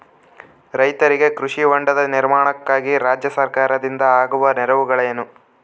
ರೈತರಿಗೆ ಕೃಷಿ ಹೊಂಡದ ನಿರ್ಮಾಣಕ್ಕಾಗಿ ರಾಜ್ಯ ಸರ್ಕಾರದಿಂದ ಆಗುವ ನೆರವುಗಳೇನು?